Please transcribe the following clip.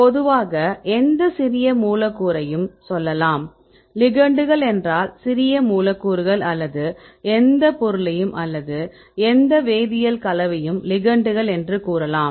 பொதுவாக எந்த சிறிய மூலக்கூறையும் சொல்லலாம் லிகெெண்டுகள் என்றால் சிறிய மூலக்கூறுகள் அல்லது எந்த பொருளையும் அல்லது எந்த வேதியியல் கலவையையும் லிகெெண்டுகள் என்று கூறலாம்